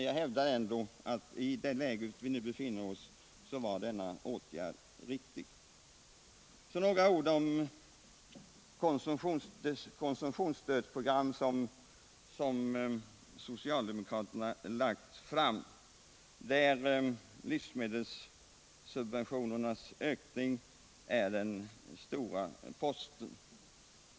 Jag hävdar dock att åtgärden var riktig i det rådande läget. Sedan några ord om det konsumtionsstödsprogram som socialdemokraterna har lagt fram, där livsmedelssubventionernas ökning är den stora posten.